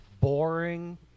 boring